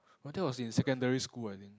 but that was in secondary school I think